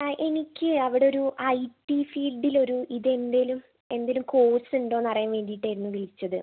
അ എനിക്ക് അവിടെ ഒരു ഐ ടി ഫീൽഡിലൊരു ഇത് എന്തേലും എന്തേലും കോഴ്സുണ്ടോ എന്ന് അറിയാൻ വേണ്ടിയിട്ടായിരുന്നു വിളിച്ചത്